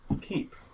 keep